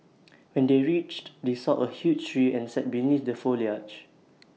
when they reached they saw A huge tree and sat beneath the foliage